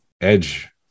edge